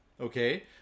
Okay